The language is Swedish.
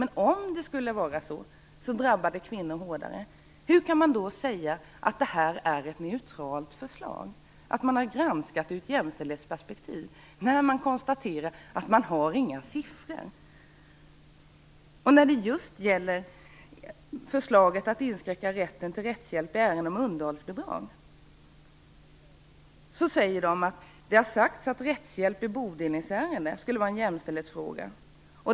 Men om det skulle vara så, drabbar det kvinnor hårdare. Hur kan man då säga att det här är ett neutralt förslag, att man har granskat det ur ett jämställdhetsperspektiv, när man konstaterar att man inte har några siffror? När det gäller förslaget att inskränka rätten till rättshjälp i ärenden om underhållsbidrag säger man: Det har sagts att rättshjälp i bodelningsärenden skulle vara en jämställdhetsfråga.